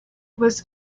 was